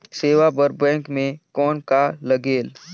सेवा बर बैंक मे कौन का लगेल?